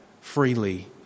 freely